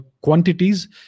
quantities